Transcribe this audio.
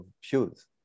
shoes